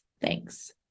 Thanks